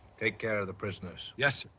take care of the prisoners. yes,